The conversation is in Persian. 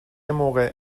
موقع